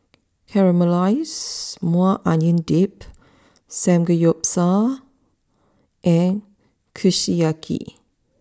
Caramelized Maui Onion Dip Samgeyopsal and Kushiyaki